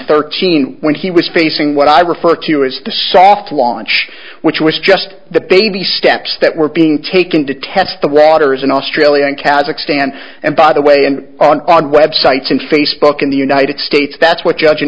thirteen when he was facing what i refer to as the soft launch which was just the baby steps that were being taken to test the waters and australian kazakstan and by the way and on websites and facebook in the united states that's what judge